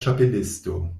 ĉapelisto